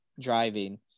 driving